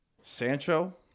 Sancho